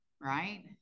right